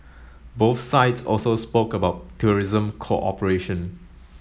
both sides also spoke about tourism cooperation